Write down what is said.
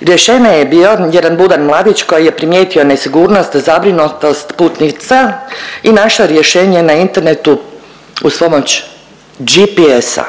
Rješenje je bio jedan budan mladić koji je primijetio nesigurnost, zabrinutost putnica i našao je rješenje na internetu uz pomoć GPS-a.